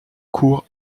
cours